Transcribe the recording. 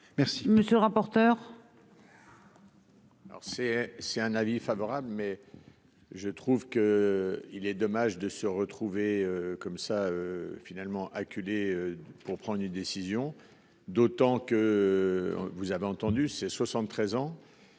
Monsieur le rapporteur.